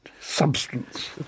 Substance